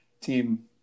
team